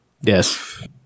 Yes